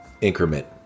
increment